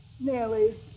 Nellie